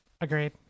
Agreed